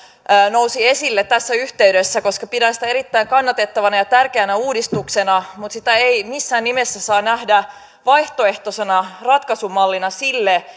nousi esille tässä yhteydessä koska pidän sitä erittäin kannatettavana ja tärkeänä uudistuksena mutta sitä ei missään nimessä saa nähdä vaihtoehtoisena ratkaisumallina sille